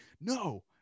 no